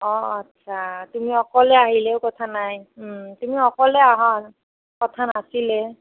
অঁ আচ্ছা তুমি অকলে আহিলেও কথা নাই